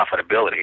profitability